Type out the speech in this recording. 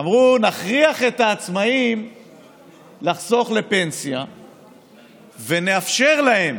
אמרו: נכריח את העצמאים לחסוך לפנסיה ונאפשר להם,